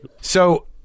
So-